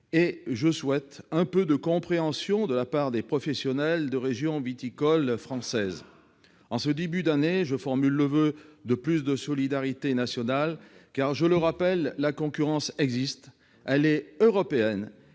et je souhaite un peu de compréhension de la part des professionnels de régions viticoles françaises. En ce début d'année, je formule le voeu de plus de solidarité nationale, car, je le rappelle, la concurrence existe, elle est européenne,